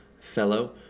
fellow